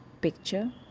picture